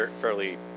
fairly